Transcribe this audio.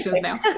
now